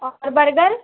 और बर्गर